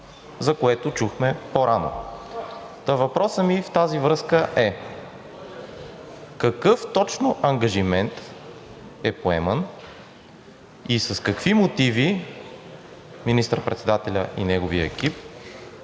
за което чухме по рано. Та въпросът ми в тази връзка е: какъв точно ангажимент е поеман и с какви мотиви министър-председателят и неговият екип